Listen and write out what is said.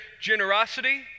generosity